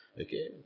Okay